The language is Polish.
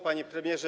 Panie Premierze!